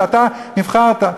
אתם נבחרתם.